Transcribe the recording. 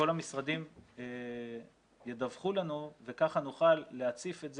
המשרדים ידווחו לנו וכך נוכל להציף את זה,